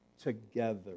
together